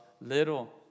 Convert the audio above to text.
little